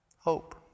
Hope